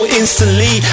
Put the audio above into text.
instantly